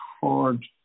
hard